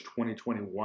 2021